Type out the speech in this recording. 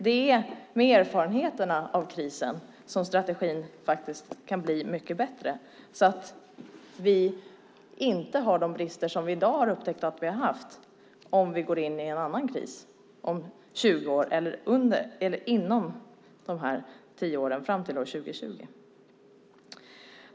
Det är med erfarenheterna av krisen som strategin faktiskt kan bli mycket bättre så att vi inte får de brister som vi i dag har upptäckt att vi har haft om vi går in i en annan kris under de tio åren fram till år 2020.